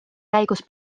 käigus